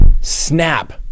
snap